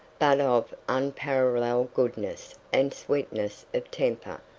but of unparalleled goodness and sweetness of temper,